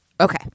Okay